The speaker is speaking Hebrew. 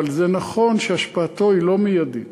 אבל זה נכון שהשפעתו היא לא מיידית,